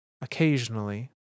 Occasionally